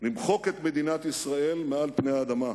למחוק את מדינת ישראל מעל פני האדמה.